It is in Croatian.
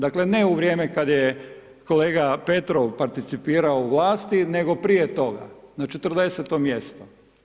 Dakle, ne u vrijeme kada je kolega Petrov participirao u vlasti, nego prije toga, na 40-to mjesto.